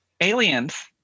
aliens